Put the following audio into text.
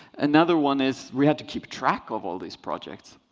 another one is we have to keep track of all these projects.